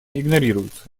игнорируются